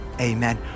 amen